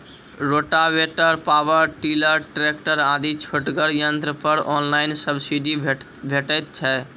Rotavator, power tiller, tractor आदि छोटगर यंत्र पर ऑनलाइन सब्सिडी भेटैत छै?